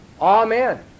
Amen